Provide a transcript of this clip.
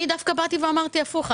אני דווקא אמרתי הפוך.